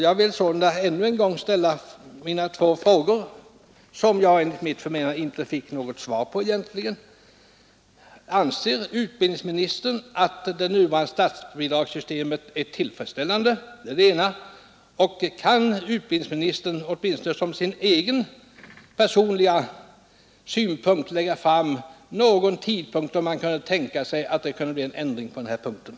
Jag vill ännu en gång erinra om mina två frågor som jag enligt mitt förmenande egentligen inte fått något svar på: Vill utbildningsministern åtminstone som sin egen personliga uppfattning nämna någon tidpunkt då det kan tänkas bli en ändring av bestämmelserna?